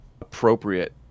appropriate